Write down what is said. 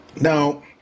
Now